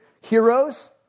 heroes